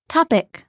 Topic